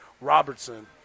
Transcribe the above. Robertson